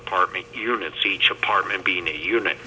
apartment units each apartment being a unit